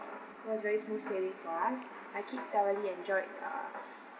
it was very smooth sailing for us I keep thoroughly enjoyed uh